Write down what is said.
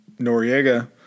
Noriega